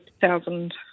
thousand